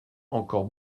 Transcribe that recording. encore